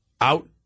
out